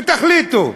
ותחליטו.